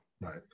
Right